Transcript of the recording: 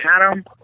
Adam